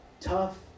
tough